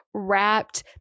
Wrapped